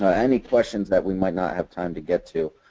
ah any questions that we might not have time to get to,